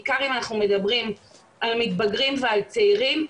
בעיקר אם אנחנו מדברים על מתבגרים ועל צעירים,